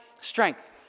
strength